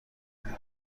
بودی